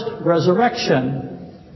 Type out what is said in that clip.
resurrection